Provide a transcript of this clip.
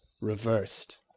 reversed